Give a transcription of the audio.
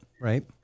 right